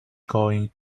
going